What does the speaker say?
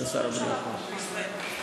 יש ראש ממשלה בישראל.